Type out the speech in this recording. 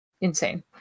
insane